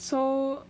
so